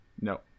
No